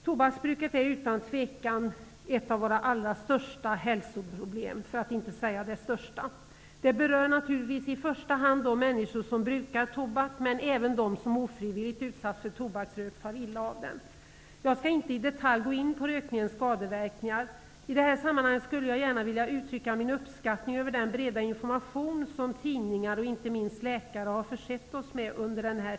Tobaksbruket är utan tvivel ett av våra allra största hälsoproblem, för att inte säga det största. Det berör naturligtvis i första hand de människor som brukar tobak, men även de som ofrivilligt utsätts för tobaksrök far illa av den. Jag skall inte i detalj gå in på rökningens skadeverkningar. I det här sammanhanget skulle jag gärna vilja uttrycka min uppskattning över den breda information som tidningar och inte minst läkare försett oss med.